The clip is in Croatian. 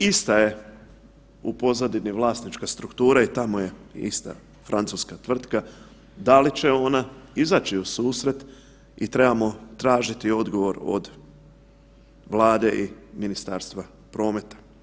Ista je u pozadini vlasnička struktura i tamo je ista francuska tvrtka, da li će ona izaći u susret i trebamo tražiti odgovor od Vlade i Ministarstva prometa.